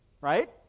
Right